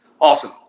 Awesome